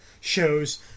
shows